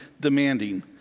demanding